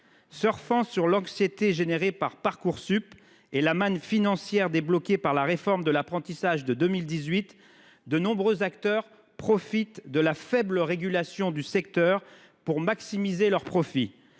Surfant sur l’anxiété générée par Parcoursup et profitant de la manne financière offerte par la réforme de l’apprentissage de 2018, de nombreux acteurs tirent parti de la faible régulation du secteur pour maximiser leurs profits.